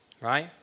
Right